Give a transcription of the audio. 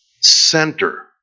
center